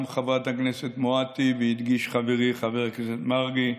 גם חברת הכנסת מואטי, והדגיש חברי חבר הכנסת מרגי,